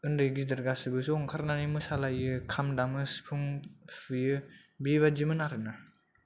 उन्दै गेदेर गासिबो ज' ओंखारनानै मोसालायो खाम दामो सिफुं सुयो बेबादिमोन आरो ना